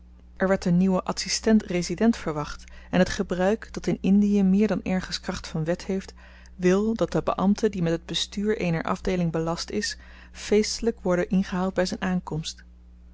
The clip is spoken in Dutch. er werd een nieuwe adsistent resident verwacht en het gebruik dat in indie meer dan ergens kracht van wet heeft wil dat de beambte die met het bestuur eener afdeeling belast is feestelyk worde ingehaald by zyn aankomst